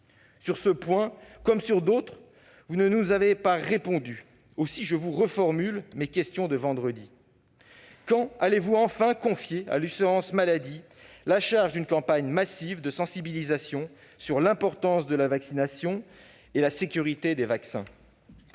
Sur ce point comme sur d'autres, vous ne nous avez pas répondu. Aussi, je vous reformule mes questions de vendredi : quand confierez-vous enfin à l'assurance maladie la charge d'une campagne massive de sensibilisation sur l'importance de la vaccination et la sécurité des vaccins ?